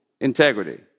Integrity